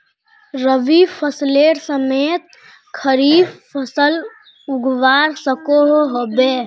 रवि फसलेर समयेत खरीफ फसल उगवार सकोहो होबे?